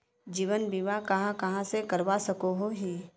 जीवन बीमा कहाँ कहाँ से करवा सकोहो ही?